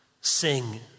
Sing